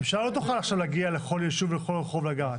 הממשלה לא תוכל עכשיו להגיע לכל ישוב ולכל רחוב לדעת.